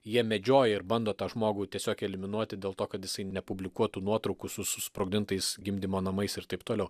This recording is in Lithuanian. jie medžioja ir bando tą žmogų tiesiog eliminuoti dėl to kad jisai nepublikuotų nuotraukų su susprogdintais gimdymo namais ir taip toliau